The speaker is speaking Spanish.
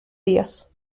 días